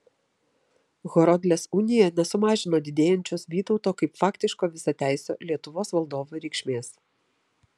horodlės unija nesumažino didėjančios vytauto kaip faktiško visateisio lietuvos valdovo reikšmės